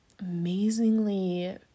amazingly